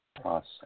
process